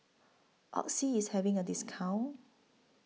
Oxy IS having A discount